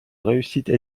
réussite